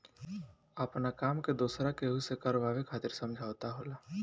आपना काम के दोसरा केहू से करावे खातिर समझौता होला